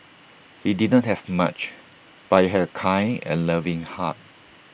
he did not have much but he had A kind and loving heart